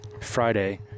Friday